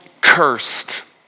cursed